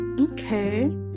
Okay